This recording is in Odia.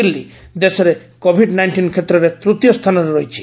ଦିଲ୍ଲୀ ଦେଶରେ କୋଭିଡ୍ ନାଇଷ୍ଟିନ୍ କ୍ଷେତ୍ରରେ ତୂତୀୟ ସ୍ଥାନରେ ରହିଛି